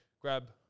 grab